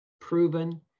proven